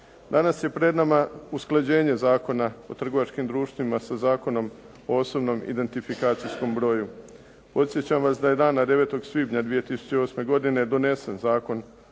Danas je pred nama usklađenje Zakona o trgovačkim društvima sa Zakonom o osobnom identifikacijskom broju. Podsjećam vas da je dana 9. svibnja 2008. godine donesen Zakon